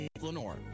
Lenore